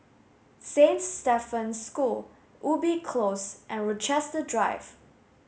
Saint Stephen's School Ubi Close and Rochester Drive